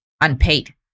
unpaid